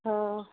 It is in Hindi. हाँ